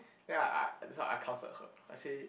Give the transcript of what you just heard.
then I I that's why I counselled her I say